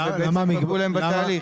דמי